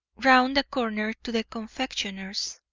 round the corner to the confectioner's.